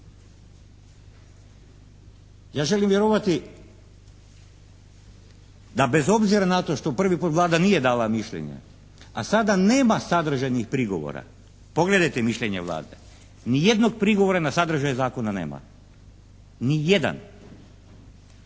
Ja želim vjerovati da bez obzira na to što prvi put Vlada nije dala mišljenje, a sada nema sadržajnih prigovora, pogledajte mišljenje Vlade, nijednog prigovora na sadržaj zakona nema. Nijedan.